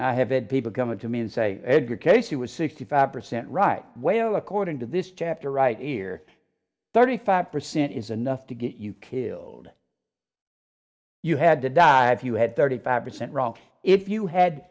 i have had people come up to me and say edgar cayce it was sixty five percent right whale according to this chapter right ear thirty five percent is enough to get you killed you had to die if you had thirty five percent wrong if you had